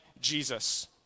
Jesus